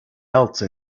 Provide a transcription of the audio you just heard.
else